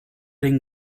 den